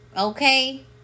Okay